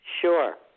Sure